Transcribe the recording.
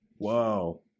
Whoa